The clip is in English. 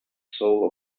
soul